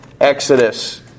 Exodus